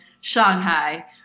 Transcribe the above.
Shanghai